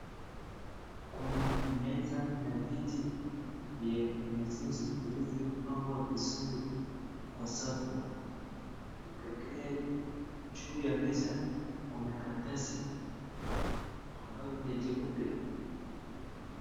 Kuna meza na viti vya wanafunzi vilivyopangwa vizuri kwa safu. Ukiangalia juu ya meza kuna karatasi ambayo ni jeupe.